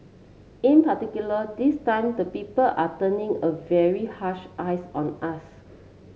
in particular this time the people are turning a very harsh eyes on us